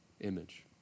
image